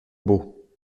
beau